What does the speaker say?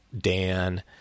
Dan—